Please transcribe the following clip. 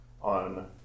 on